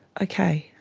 okay.